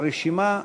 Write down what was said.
הרשימה סגורה.